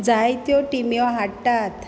जायत्यो टीम्यो हाडटात